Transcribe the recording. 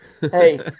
Hey